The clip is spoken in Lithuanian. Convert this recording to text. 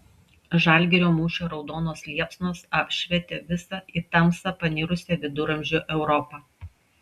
žalgirio mūšio raudonos liepsnos apšvietė visą į tamsą panirusią viduramžių europą